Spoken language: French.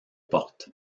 portes